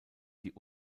die